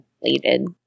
plated